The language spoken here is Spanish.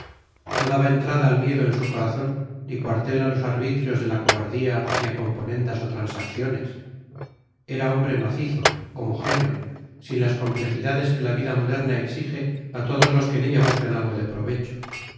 no daba entrada al miedo en su corazón ni cuartel a los arbitrios de la cobardía ni a componendas o transacciones era hombre macizo homogéneo sin las complejidades que la vida moderna exige a todos los que en ella buscan algo de provecho